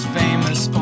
famous